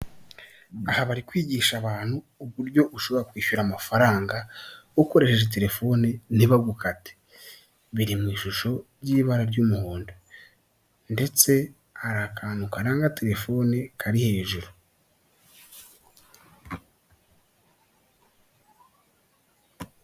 Aha bari kwigisha abantu uburyo ushobora kwishyura amafaranga ukoresheje telefoni ntibagukate biri mu ishusho y'ibara ry'umuhondo ndetse hari akantu karanga telefoni kari hejuru.